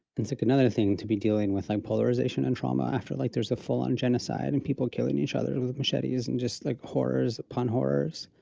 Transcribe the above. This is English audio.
and it's like another thing to be dealing with i'm polarization and trauma after like, there's a full on genocide, and people killing each other with machetes and just like horrors upon horrors.